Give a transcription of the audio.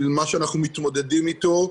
של מה שאנחנו מתמודדים איתו,